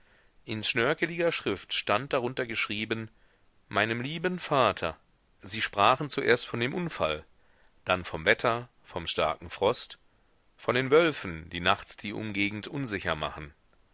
in schnörkeliger schrift stand darunter geschrieben meinem lieben vater sie sprachen zuerst von dem unfall dann vom wetter vom starken frost von den wölfen die nachts die umgegend unsicher machen